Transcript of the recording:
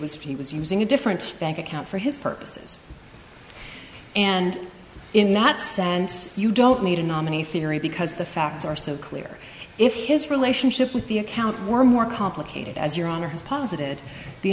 for he was using a different bank account for his purposes and in that sense you don't need a nominee theory because the facts are so clear if his relationship with the account were more complicated as your honor has posit